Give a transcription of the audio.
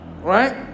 Right